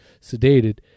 sedated